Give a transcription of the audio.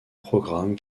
programme